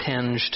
tinged